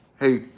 Hey